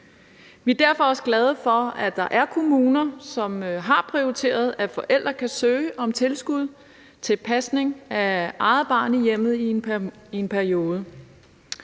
Vi er derfor også glade for, at der er kommuner, som har prioriteret, at forældre kan søge om tilskud til pasning af eget barn i hjemmet i en periode.